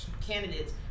candidates